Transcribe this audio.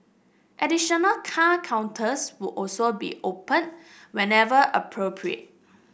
additional car counters would also be opened whenever appropriate